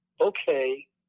okay